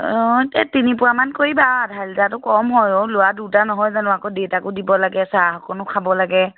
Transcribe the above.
অঁ তে তিনি পোৱামান কৰিবা আৰু আধা লিটাৰটো কম হয় অঁ ল'ৰা দুটা নহয় জানো আকৌ দেইতাকো দিব লাগে চাহ অকণো খাব লাগে